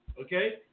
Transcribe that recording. Okay